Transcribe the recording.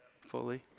fully